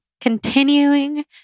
continuing